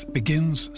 begins